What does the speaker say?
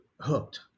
hooked